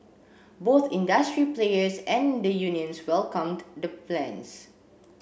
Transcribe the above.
both industry players and the unions welcomed the plans